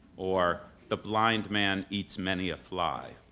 or the blind man eats many a fly,